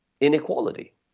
inequality